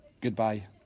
goodbye